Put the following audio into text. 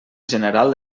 general